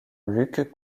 luc